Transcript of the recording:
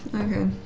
Okay